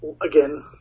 again